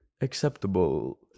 acceptable